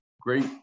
great